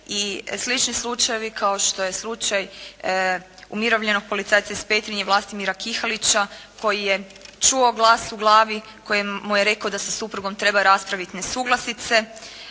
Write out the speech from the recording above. i slični slučajevi kao što je slučaj umirovljenog policajca iz Petrinje Vlastimira Kihalića koji je čuo glas u glavi, koji mu je da sa suprugom treba raspraviti nesuglasice.